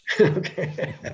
Okay